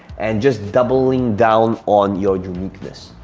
and just doubling down on your uniqueness.